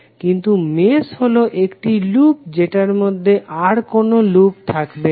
কিন্তু মেশ হলো একটি লুপ যেটার মধ্যে আর কোনো লুপ থাকবে না